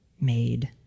made